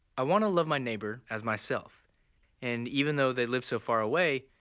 i want to love my neighbor as myself and even though they live so far away,